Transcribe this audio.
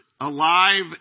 alive